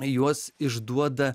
juos išduoda